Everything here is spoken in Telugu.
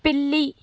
పిల్లి